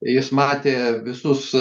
jis matė visus